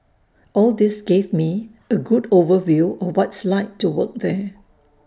all this gave me A good overview of what it's like to work there